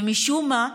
ומשום מה,